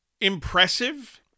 Impressive